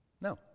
No